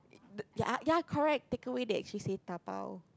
ya ya correct takeaway they actually say dabao